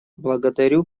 благодарю